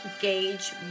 gauge